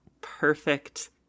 perfect